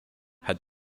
had